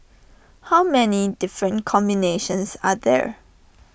how many different combinations are there